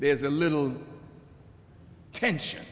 there is a little tension